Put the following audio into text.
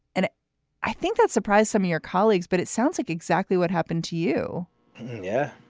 and i think that surprised some of your colleagues. but it sounds like exactly what happened to you yeah,